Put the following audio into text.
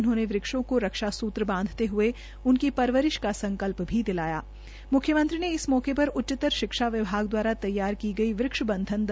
उन्होंने वृक्षों को रक्षा सूत्र बांधते हुये उनकी परवरिश का संकल्प भी मुख्यमंत्री ने इस मौके पर उच्चतर शिक्षा विभाग द्वारा तैयार की गई वृक्ष बंधन दिलाया